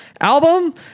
Album